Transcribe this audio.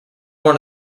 one